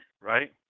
Right